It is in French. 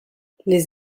les